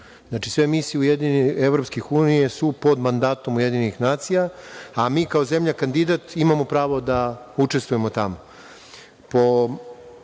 Znači, sve misije EU su pod mandatom UN, a mi kao zemlja kandidat imamo pravo da učestvujemo tamo. Po